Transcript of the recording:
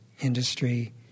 industry